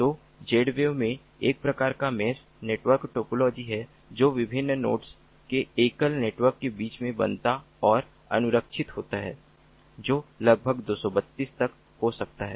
तो Zwave में एक प्रकार का मेस नेटवर्क टोपोलॉजी है जो विभिन्न नोड्स के एकल नेटवर्क के बीच में बनता और अनुरक्षित होता है जो लगभग 232 तक हो सकता है